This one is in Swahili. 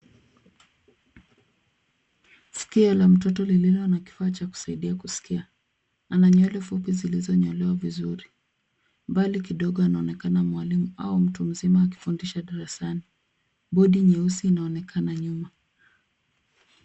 Sikio la mtoto lililo na kifaa cha kusaidia kusikia. Ana nywele fupi zilizonyolewa vizuri. Mbali kidogo anaonekana mwalimu au mtu mzima akifundisha darasani. Bodi nyeusi inaonekana nyuma.